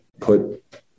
put –